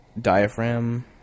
Diaphragm